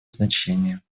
значение